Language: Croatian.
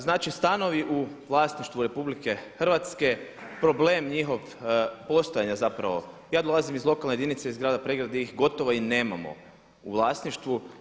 Znači stanovi u vlasništvu RH problem njihov postojanja zapravo, ja dolazim lokalne jedinice iz grada Pregrade i gotovo ih nemamo u vlasništvu.